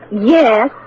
Yes